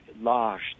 large